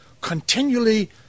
Continually